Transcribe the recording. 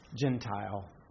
Gentile